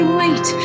wait